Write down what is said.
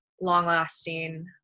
long-lasting